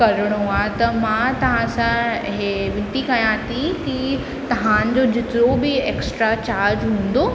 करिणो आहे त मां तव्हां सां हीउ विनती कयां थी कि तव्हां जो जो बि ऐक्स्ट्रा चार्ज हूंदो